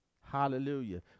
Hallelujah